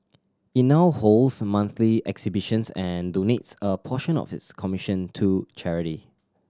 it now holds monthly exhibitions and donates a portion of its commission to charity